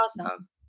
awesome